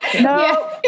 no